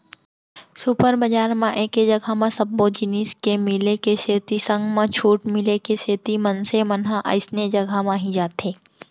super बजार म एके जघा म सब्बो जिनिस के मिले के सेती संग म छूट मिले के सेती मनसे मन ह अइसने जघा म ही जाथे